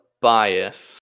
bias